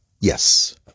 Yes